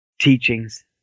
teachings